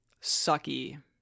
sucky